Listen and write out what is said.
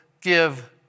give